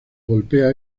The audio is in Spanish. golpea